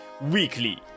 Weekly